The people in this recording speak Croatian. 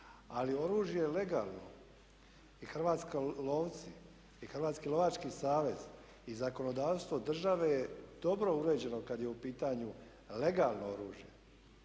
Ali oružje legalno i hrvatski lovci i Hrvatski lovački savez i zakonodavstvo države je dobro uređeno kada je u pitanju legalno oružje.